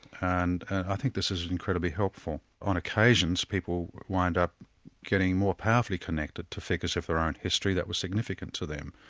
and i think this is incredibly helpful. on occasions people wind up getting more powerfully connected to figures of their own history that were significant to them,